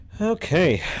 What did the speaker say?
Okay